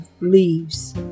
leaves